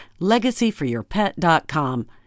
LegacyForYourPet.com